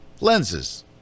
lenses